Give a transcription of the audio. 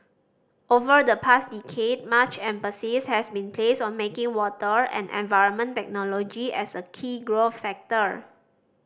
over the past decade much emphasis has been placed on making water and environment technology as a key growth sector